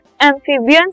amphibians